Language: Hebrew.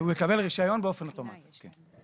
והוא יקבל רישיון באופן אוטומטי, כן.